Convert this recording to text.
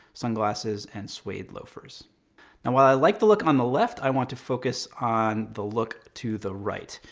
sunglasses, and suede loafers. now while i like the look on the left, i want to focus on the look to the right.